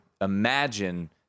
imagine